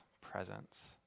presence